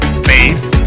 space